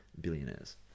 billionaires